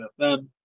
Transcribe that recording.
FM